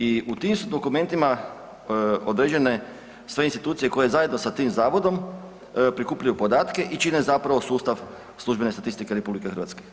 I u tim su dokumentima određene sve institucije koje zajedno sa tim zavodom prikupljaju podatke i čine sustav službene statistike RH.